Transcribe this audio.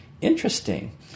interesting